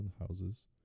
houses